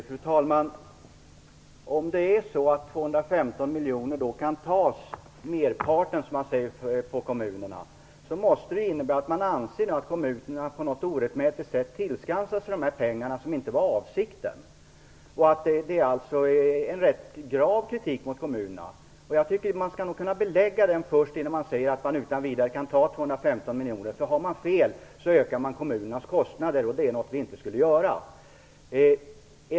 Fru talman! Om merparten av 215 miljoner kan tas ut på kommunerna, måste det innebära att man anser att kommunerna på ett orättmätigt sätt tillskansat sig pengar, som ju inte var avsikten. Det är alltså rätt grav kritik som riktas mot kommunerna. Jag tycker nog att kritiken skall kunna beläggas innan man säger att det utan vidare går att ta 215 miljoner. Har man fel, så ökar kommunernas kostar och det är ju något som vi inte skulle göra.